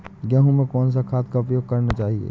गेहूँ में कौन सा खाद का उपयोग करना चाहिए?